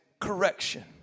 correction